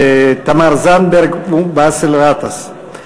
תמר זנדברג ובאסל גטאס,